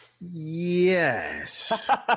Yes